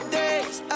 days